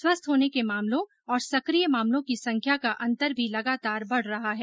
स्वस्थ होने के मामलों और सक्रिय मामलों की संख्या का अंतर भी लगातार बढ़ रहा है